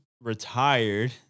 retired